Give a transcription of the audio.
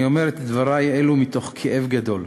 אני אומר את דברי אלה מתוך כאב גדול.